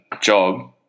job